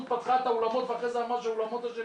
פתחה את האולמות ואחרי זה אמרה שהאולמות אשמים.